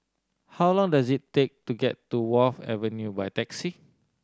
how long does it take to get to Wharf Avenue by taxi